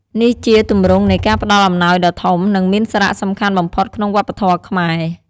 នេះជាទម្រង់នៃការផ្តល់អំណោយដ៏ធំ និងមានសារៈសំខាន់បំផុតក្នុងវប្បធម៌ខ្មែរ។